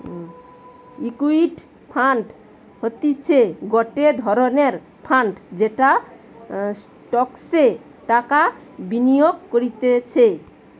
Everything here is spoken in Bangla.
ইকুইটি ফান্ড হতিছে গটে ধরণের ফান্ড যেটা স্টকসে টাকা বিনিয়োগ করতিছে